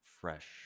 fresh